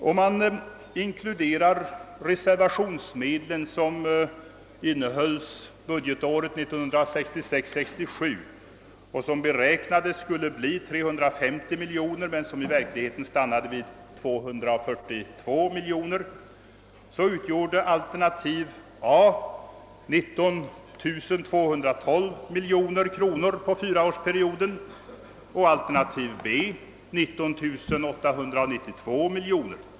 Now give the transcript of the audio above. Om man inkluderar de reservationsmedel som innehölls budgetåret 1966/67, vilka beräknades uppgå till 350 miljoner kronor men som i verkligheten stannade vid 242 miljoner kronor, uppgick alternativ A till 19 212 miljoner kronor för fyraårsperioden och alternativ B till 19892 miljoner kronor.